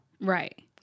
Right